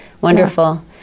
wonderful